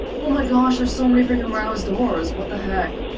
oh my gosh, there's so many frickin' warehouse doors, what the heck?